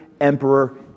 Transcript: emperor